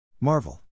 Marvel